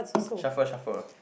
shuffle shuffle